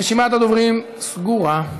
רשימת הדוברים סגורה.